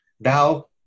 thou